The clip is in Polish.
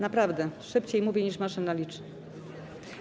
Naprawdę, szybciej mówię, niż maszyna liczy.